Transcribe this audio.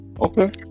Okay